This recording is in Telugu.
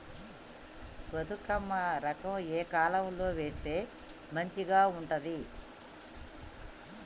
బతుకమ్మ రకం ఏ కాలం లో వేస్తే మంచిగా ఉంటది?